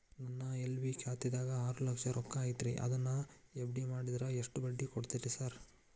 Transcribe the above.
ನನ್ನ ಎಸ್.ಬಿ ಖಾತ್ಯಾಗ ಆರು ಲಕ್ಷ ರೊಕ್ಕ ಐತ್ರಿ ಅದನ್ನ ಎಫ್.ಡಿ ಮಾಡಿದ್ರ ಎಷ್ಟ ಬಡ್ಡಿ ಕೊಡ್ತೇರಿ ಸರ್?